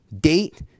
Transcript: date